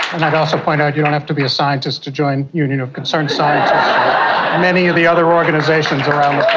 and i'd also point out you don't have to be a scientist to join union of concerned scientists or many of the other organisations around